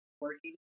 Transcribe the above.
working